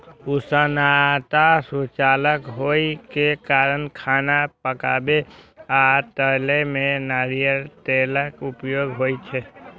उष्णता सुचालक होइ के कारण खाना पकाबै आ तलै मे नारियल तेलक उपयोग होइ छै